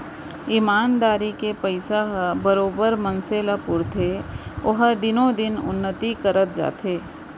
ईमानदारी के पइसा ह बरोबर मनसे ल पुरथे ओहा दिनो दिन उन्नति करत जाथे